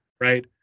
right